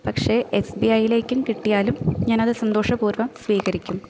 പക്ഷെ S B ഐയിലേക്കും കിട്ടിയാലും ഞാൻ അത് സന്തോഷപൂർവ്വം സ്വീകരിക്കും